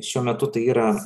šiuo metu tai yra